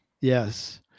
Yes